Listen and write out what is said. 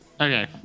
Okay